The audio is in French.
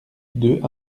deux